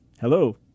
Hello